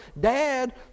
dad